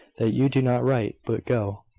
that you do not write, but go.